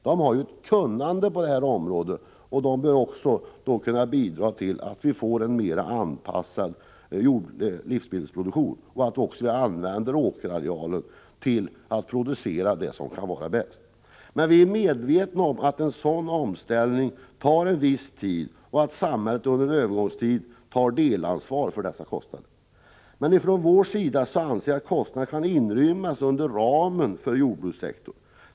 De har ett kunnande på detta område, och därför kan de bidra till att skapa en mera anpassad livsmedelsproduktion och se till att åkerarealen används till att producera det som är bäst. Vi är dock medvetna om att en sådan omställning tar en viss tid och att samhället under en övergångstid bör ta ett delansvar för dessa kostnader. Vi anser emellertid från vår sida att kostnaderna kan inrymmas inom ramen för jordbrukssektorn.